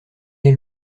elle